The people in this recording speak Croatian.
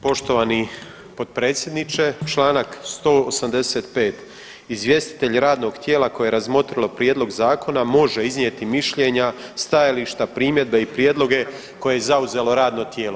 Poštovani potpredsjedniče Članak 185., izvjestitelj radnog tijela koje je razmotrilo prijedlog zakona može iznijeti mišljenja, stajališta, primjedbe i prijedloge koje je zauzelo radno tijelo.